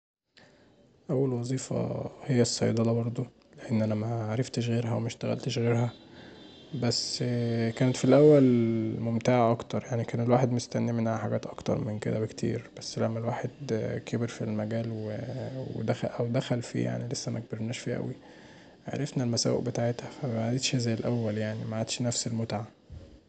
أول وظيفة هي الصيدله برضو، انا معرفتش غيرها ومشتغلتش غيرها بس كانت في الأول ممتعه اكتر، يعني الواحد كان مستني منها حاجات اكتر من كدا بكتير، بس لما الواحد كبر في المجال او دخل فيه يعني لسه مكبرناش فيه اوي، عرفنا المساوئ بتاعتها فمبقتش زي الأول يعني معتدش نفس المتعه